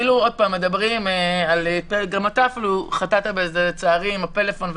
מדברים שוב גם אתה חטאת בזה לצערי עם הפלאפון.